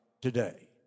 today